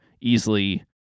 easily